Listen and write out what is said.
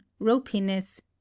ropiness